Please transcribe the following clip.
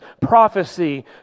prophecy